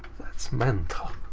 that's mental.